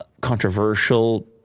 controversial